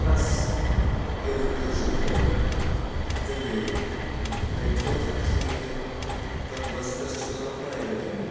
class L K G खौ जोंनि बेंतल खाथिनिनो दन बक्सख स्कुलआव फरायग्रोदोंमोन